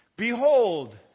Behold